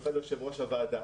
במיוחד יושב-ראש הוועדה.